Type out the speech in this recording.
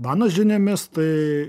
mano žiniomis tai